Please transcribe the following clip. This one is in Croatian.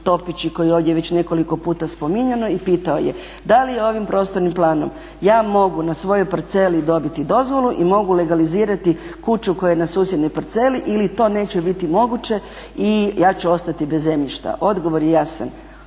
Tomići koje je ovdje već nekoliko puta spominjao, i pitao je da li ovim prostornim planom ja mogu na svojoj parceli dobiti dozvolu i mogu legalizirati kuću koja je na susjednoj parceli ili to neće biti moguće i ja ću ostati bez zemljišta? Odgovor je jasan,